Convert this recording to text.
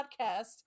podcast